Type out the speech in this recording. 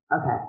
Okay